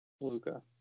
Luca